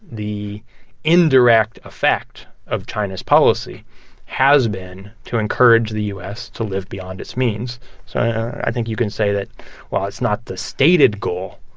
the indirect effect of china's policy has been to encourage the u s. to live beyond its means. so i think you can say that while it's not the stated goal,